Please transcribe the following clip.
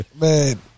Man